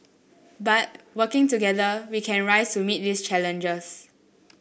but working together we can rise to meet these challenges